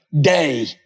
day